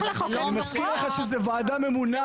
אבל זה לא אומר --- אני מזכיר לך שזה ועדה ממונה.